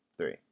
three